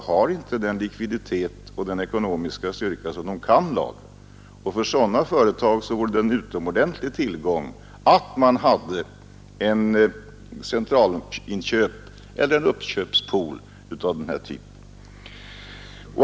Herr talman! Till herr Brundin vill jag bara säga att det finns ingen skillnad mellan det som herr Löfgren talar om när det gäller lagerhållning och det jag talar om. Men alla företag har inte den likviditet och den ekonomiska styrka att de kan lagra. För sådana mindre starka företag vore det en utomordentlig tillgång att ha centralinköp eller en uppköpspool av den här typen.